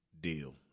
deal